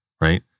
Right